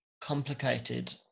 complicated